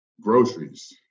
groceries